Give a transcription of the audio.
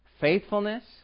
faithfulness